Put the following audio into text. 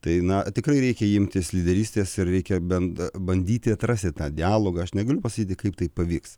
tai na tikrai reikia imtis lyderystės ir reikia bent bandyti atrasti tą dialogą aš negaliu pasakyti kaip tai pavyks